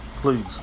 Please